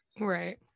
right